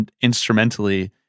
instrumentally